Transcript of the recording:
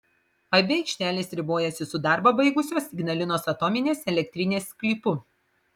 abi aikštelės ribojasi su darbą baigusios ignalinos atominės elektrinės sklypu